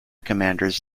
commanders